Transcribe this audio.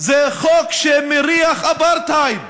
זה חוק שמריח אפרטהייד,